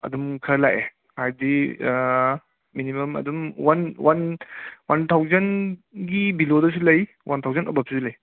ꯑꯗꯨꯝ ꯈꯔ ꯂꯥꯛꯑꯦ ꯍꯥꯏꯗꯤ ꯃꯤꯅꯤꯃꯝ ꯑꯗꯨꯝ ꯋꯥꯟ ꯋꯥꯟ ꯋꯥꯟ ꯊꯥꯎꯖꯟꯒꯤ ꯕꯤꯂꯣꯗꯁꯨ ꯂꯩ ꯋꯥꯟ ꯊꯥꯎꯖꯟ ꯑꯕꯞꯇꯁꯨ ꯂꯩ